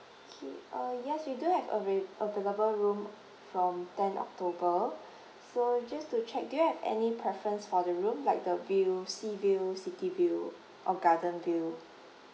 K uh yes we do have avai~ available room from tenth october so just to check do you have any preference for the room like the view sea view city view or garden view